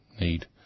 need